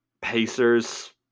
Pacers